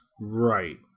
Right